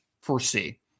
foresee